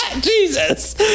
Jesus